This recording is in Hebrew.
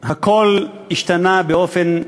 הכול השתנה באופן מהותי,